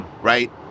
Right